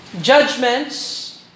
judgments